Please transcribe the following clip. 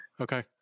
okay